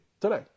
Today